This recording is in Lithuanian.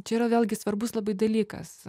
čia yra vėlgi svarbus labai dalykas